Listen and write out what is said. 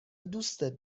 دوستت